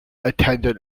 attendant